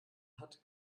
hat